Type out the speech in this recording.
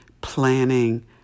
planning